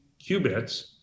qubits